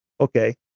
okay